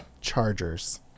Chargers